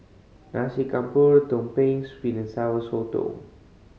Nasi Campur Tumpeng Sweet and Sour Sotong